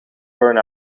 burn